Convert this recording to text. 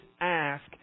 ask